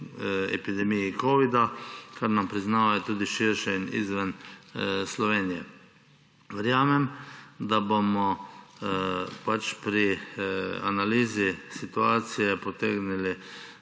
epidemiji covida-19, kar nam priznavajo tudi širše in izven Slovenije. Verjamem, da bomo pri analizi situacije potegnili